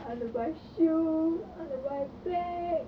I want to buy shoe I want to buy bag